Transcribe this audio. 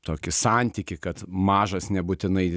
tokį santykį kad mažas nebūtinai